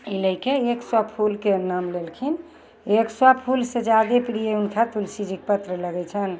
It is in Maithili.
लेकिन एक सओ फूलके नाम देलखिन एक सओ फूलसँ जादे प्रिय हुनका तुलसी जीके पत्र लगय छनि